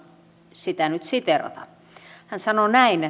sitä nyt siteerata hän sanoi näin